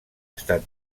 estat